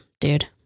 dude